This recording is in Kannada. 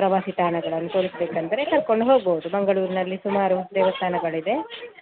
ಪ್ರವಾಸಿ ತಾಣಗಳನ್ನು ತೋರಿಸ್ಬೇಕು ಅಂದರೆ ಕರ್ಕೊಂಡು ಹೋಗ್ಬೋದು ಮಂಗಳೂರಿನಲ್ಲಿ ಸುಮಾರು ದೇವಸ್ಥಾನಗಳಿದೆ